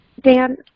Dan